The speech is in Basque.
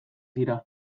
dira